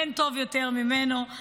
אין טוב יותר ממנו.